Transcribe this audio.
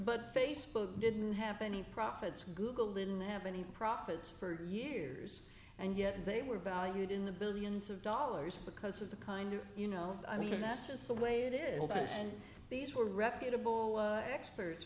but facebook didn't have any profits google didn't have any profits for years and yet they were valued in the billions of dollars because of the kind of you know i mean that's just the way it is a person these were reputable experts